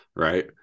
right